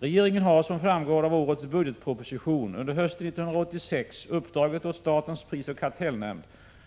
Regeringen har, som framgår av årets budgetproposition under hösten 1986 uppdragit åt statens prisoch kartellnämnd